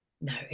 no